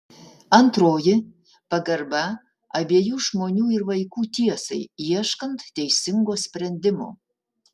antroji pagarba abiejų žmonių ir vaikų tiesai ieškant teisingo sprendimo